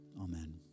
Amen